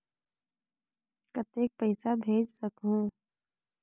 कतेक पइसा भेज सकहुं?